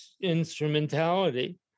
instrumentality